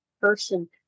person